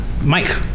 Mike